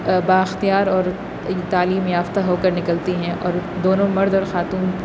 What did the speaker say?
با اختیار اور تعلیم یافتہ ہو کر نکلتی ہیں اور دونوں مرد اور خاتون